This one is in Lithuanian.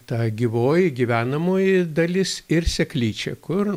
ta gyvoji gyvenamoji dalis ir seklyčia kur